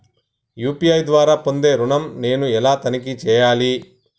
UPI ద్వారా పొందే ఋణం నేను ఎలా తనిఖీ చేయాలి?